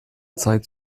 zeit